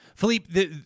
Philippe